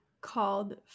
called